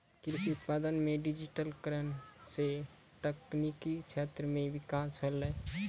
कृषि उत्पादन मे डिजिटिकरण से तकनिकी क्षेत्र मे बिकास होलै